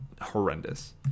horrendous